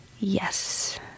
yes